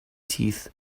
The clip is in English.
teeth